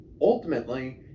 Ultimately